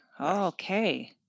Okay